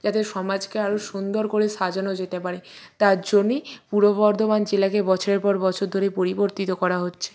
যাতে সমাজকে আরও সুন্দর করে সাজানো যেতে পারে তার জন্যেই পূর্ব বর্ধমান জেলাকে বছরের পর বছর ধরে পরিবর্তিত করা হচ্ছে